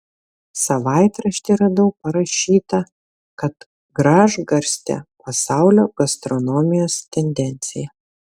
savaitrašty radau parašyta kad gražgarstė pasaulio gastronomijos tendencija